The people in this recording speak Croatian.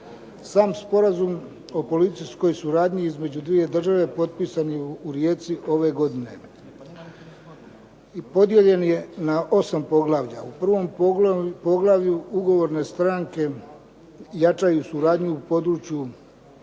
Sam sporazum o policijskoj suradnji između dviju država potpisan je u Rijeci ove godine i podijeljen je na osam poglavlja. U prvom poglavlju ugovorne stranke jačaju suradnju u području